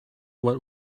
what